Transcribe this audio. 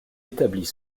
établit